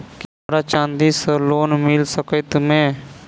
की हमरा चांदी सअ लोन मिल सकैत मे?